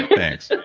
thanks. ah